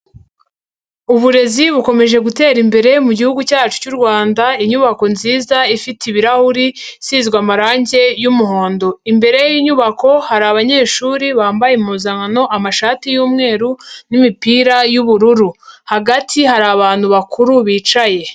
Uburezi bukomeje gutera imbere mu gihugu cyacu cy'u Rwanda, inyubako nziza ifite ibirahuri, isizwe amarange y'umuhondo. Imbere y'inyubako hari abanyeshuri bambaye impuzankano, amashati y'umweru n'imipira y'ubururu. Hagati hari abantutu bakuru bicaye.